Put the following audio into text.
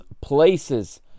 places